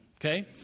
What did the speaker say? Okay